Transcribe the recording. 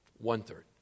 One-third